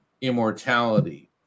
immortality